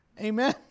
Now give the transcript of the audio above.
Amen